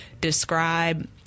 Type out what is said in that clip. describe